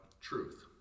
truth